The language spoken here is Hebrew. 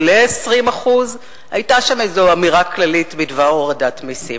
או ל-20%; היתה שם איזו אמירה כללית בדבר הורדת מסים.